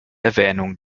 erwähnung